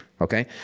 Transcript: Okay